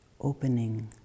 opening